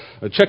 check